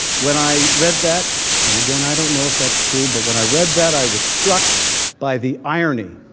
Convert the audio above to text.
when i read that and again, i don't know if that's true, but when i read that, i was struck by the irony